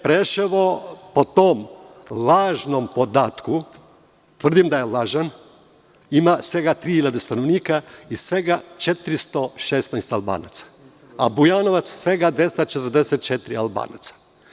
Preševo po tom lažnom podatku, tvrdim da je lažan, ima svega tri hiljade stanovnika i svega 416 Albanaca, a Bujanovac svega 244 Albanaca.